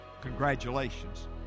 congratulations